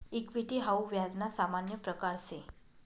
equity हाऊ व्याज ना सामान्य प्रकारसे